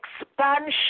expansion